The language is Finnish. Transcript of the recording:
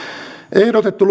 ehdotettu